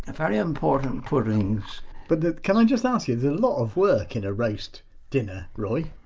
ah very important puddings but can i just ask you there's a lot of work in a roast dinner roy